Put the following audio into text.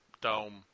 dome